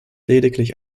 lediglich